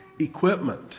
equipment